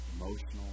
emotional